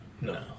no